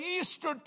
Easter